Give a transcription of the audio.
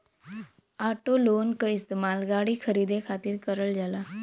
auto loan क इस्तेमाल गाड़ी खरीदे खातिर करल जाला